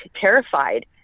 terrified